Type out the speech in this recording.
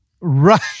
Right